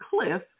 cliff